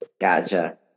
Gotcha